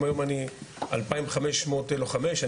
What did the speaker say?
אם היום יש אלפיים חמש מאות לוחמים,